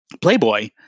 Playboy